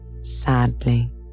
sadly